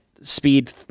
speed